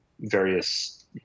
various